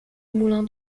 moulin